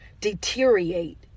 deteriorate